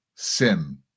sin